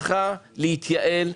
צריכה להתייעל,